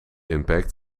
impact